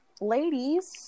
ladies